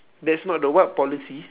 that's not the what policy